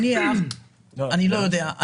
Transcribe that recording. אני לא יודע.